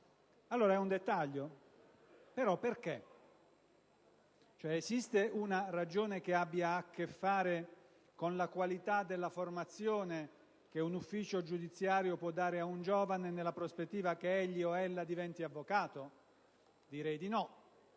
Perché questa previsione? Esiste una ragione che abbia a che fare con la qualità della formazione che un ufficio giudiziario può dare a un giovane nella prospettiva che egli, o ella, diventi avvocato? Direi di no,